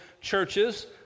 churches